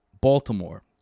Baltimore